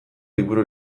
liburu